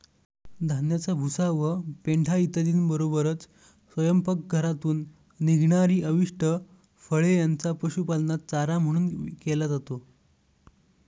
धान्याचा भुसा व पेंढा इत्यादींबरोबरच स्वयंपाकघरातून निघणारी अवशिष्ट फळे यांचा पशुपालनात चारा म्हणून केला जातो